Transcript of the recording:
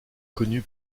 connu